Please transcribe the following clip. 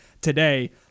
today